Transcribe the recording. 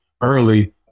early